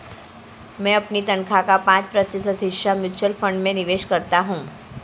मैं अपनी तनख्वाह का पाँच प्रतिशत हिस्सा म्यूचुअल फंड में निवेश करता हूँ